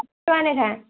ପାଞ୍ଚ ଟଙ୍କା ଲେଖା